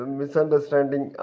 misunderstanding